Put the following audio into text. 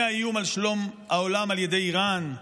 מהאיום על שלום העולם על ידי איראן,